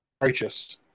Righteous